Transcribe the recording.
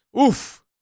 Oof